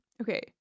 okay